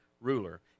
ruler